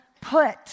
put